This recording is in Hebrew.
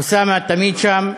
אוסאמה תמיד שם.